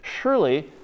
Surely